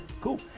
Cool